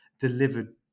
delivered